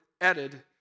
added